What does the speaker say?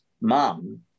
Mum